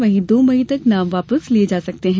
वहीं दो मई तक नाम वापस लिये जा सकते हैं